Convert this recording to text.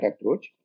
approach